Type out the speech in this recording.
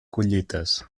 collites